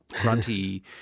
grunty